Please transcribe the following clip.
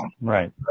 Right